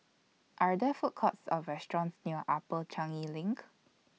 Are There Food Courts Or restaurants near Upper Changi LINK